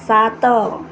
ସାତ